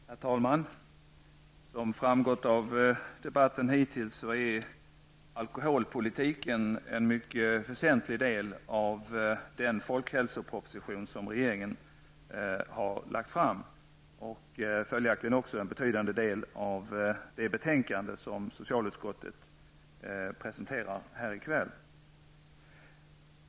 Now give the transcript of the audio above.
Herr talman! Som har framgått av debatten hittills är alkoholpolitiken en mycket väsentlig del av den folkhälsoproposition som regeringen har lagt fram, och följaktligen är det också en betydande del av det betänkande som socialutskottet presenterar här i kväll.